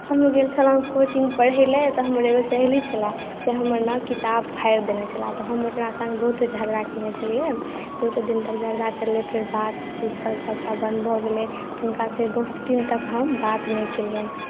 हम जे गेल छलहुॅं कोचिंग पढै लए तऽ हमर एगो सहेली छलय से हमर ने किताब फाड़ि देने छलय तऽ हम ओकरा संग बहुते झगड़ा केने छलियै बहुते दिन तक झगड़ा चललै फेर बातचीत सब सबटा बन्द भऽ गेलै हुनका से बहुत दिन तक हम बात नहि केलियनि